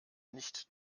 nicht